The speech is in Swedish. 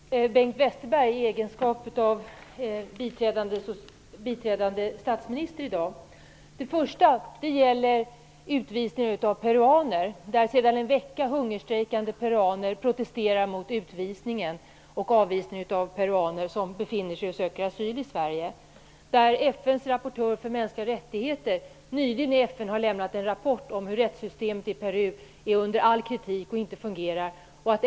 Herr talman! Jag har två frågor till Bengt Westerberg i hans egenskap av biträdande statsminister i dag. Den första gäller utvisning av peruaner. Sedan en vecka protesterar hungerstrejkande peruaner mot utvisningen och avvisningen av peruaner som befinner sig i Sverige och söker asyl här. Nyligen har FN:s rapportör om mänskliga rättigheter lämnat en rapport till FN om att rättssystemet i Peru är under all kritik och inte fungerar.